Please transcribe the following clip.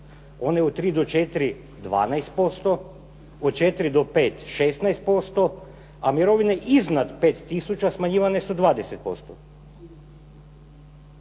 one od 3 - 4 12%, od 4 - 5 16%, a mirovine iznad 5 000 smanjivane su 20%.